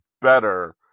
better